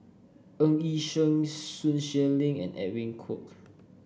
Ng Yi Sheng Sun Xueling and Edwin Koek